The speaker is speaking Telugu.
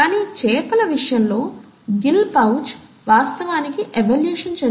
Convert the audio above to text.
కానీ చేపల విషయంలో గిల్ పౌచ్ వాస్తవానికి ఎవల్యూషన్ చెందుతుంది